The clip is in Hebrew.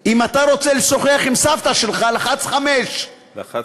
אם אתה רוצה לשוחח עם סבתא שלך לחץ 5. לחצתי,